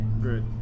Good